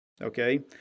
okay